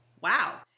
Wow